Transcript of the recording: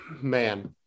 man